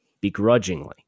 begrudgingly